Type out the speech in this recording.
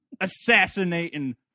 assassinating